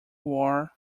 war